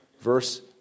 Verse